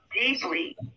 deeply